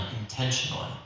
intentionally